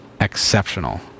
Exceptional